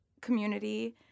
community